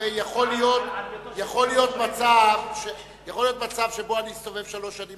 יכול להיות מצב שבו אני אסתובב שלוש שנים